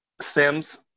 Sims